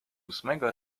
ósmego